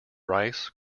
rice